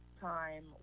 time